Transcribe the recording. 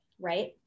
right